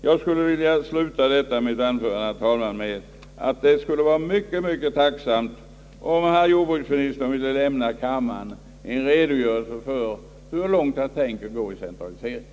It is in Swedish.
Jag skall sluta mitt anförande, herr talman, med att säga att jag vore tacksam om herr jordbruksministern ville ge kammaren en redogörelse för hur långt han tänker gå i centralisering.